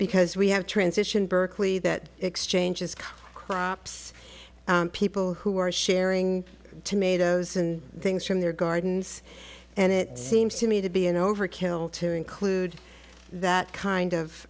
because we have transition berkeley that exchanges crops people who are sharing tomatoes and things from their gardens and it seems to me to be an overkill to include that kind